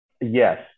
Yes